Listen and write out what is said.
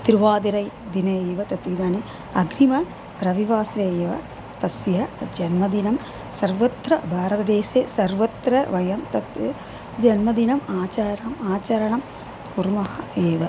तिरुवादिरै दिने एव तत् इदानीम् अग्रिमरविवासरे एव तस्य जन्मदिनं सर्वत्र भारतदेशे सर्वत्र वयं तत् जन्मदिनम् आचरणम् आचरणं कुर्मः एव